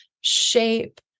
shape